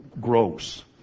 gross